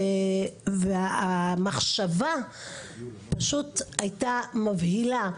והמחשבה פשוט הייתה מבהילה.